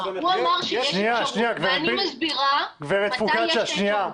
הוא אמר שיש אפשרות ואני מסבירה מתי יש אפשרות.